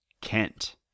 Kent